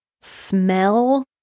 smell